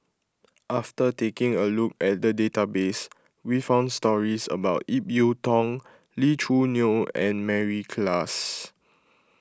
after taking a look at the database we found stories about Ip Yiu Tung Lee Choo Neo and Mary Klass